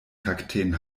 kakteen